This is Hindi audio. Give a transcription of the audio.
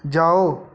जाओ